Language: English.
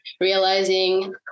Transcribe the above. realizing